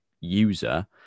user